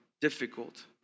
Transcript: difficult